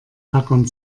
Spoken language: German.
tackern